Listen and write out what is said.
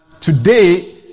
today